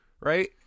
right